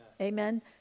Amen